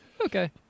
okay